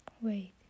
Wait